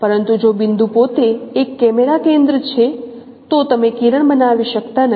પરંતુ જો બિંદુ પોતે એક કેમેરા કેન્દ્ર છે તો તમે કિરણ બનાવી શકતા નથી